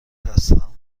هستم